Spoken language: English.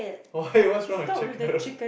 why what's wrong with chicken